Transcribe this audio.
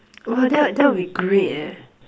oh that that will be great leh